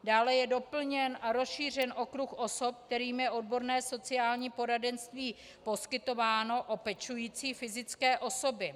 Dále je doplněn a rozšířen okruh osob, kterým je odborné sociální poradenství poskytováno, o pečující fyzické osoby.